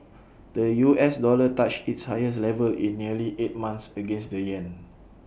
the U S dollar touched its highest level in nearly eight months against the Yen